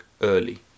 early